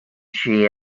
she